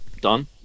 done